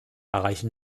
erreichen